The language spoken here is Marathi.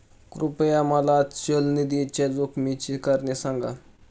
कृपया मला चल निधीच्या जोखमीची कारणे सांगा